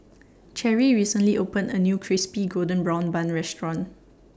Cherry recently opened A New Crispy Golden Brown Bun Restaurant